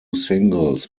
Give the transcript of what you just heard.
singles